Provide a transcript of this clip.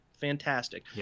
Fantastic